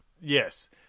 Yes